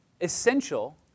essential